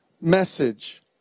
message